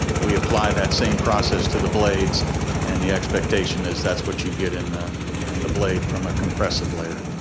we apply that same process to the blades and the expectation is that's what you get in the and the blade from a compressive layer.